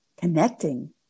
connecting